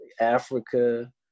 Africa